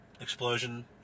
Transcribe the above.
explosion